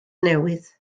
newydd